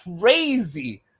crazy